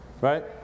Right